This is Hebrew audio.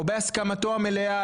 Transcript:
או בהסכמתו המלאה,